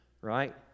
right